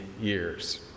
years